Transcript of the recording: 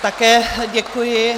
Také děkuji.